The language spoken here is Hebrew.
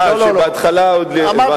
ביקשתי ממנו, אה, שבהתחלה עוד, הבנתי.